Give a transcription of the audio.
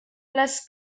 les